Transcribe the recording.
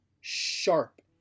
sharp